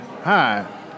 Hi